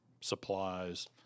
supplies